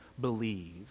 believe